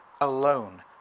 alone